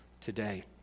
today